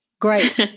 great